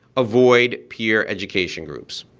avoid peer education groups.